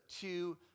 two